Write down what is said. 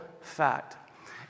fact